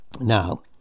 Now